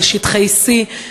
על שטחי C,